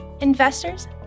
investors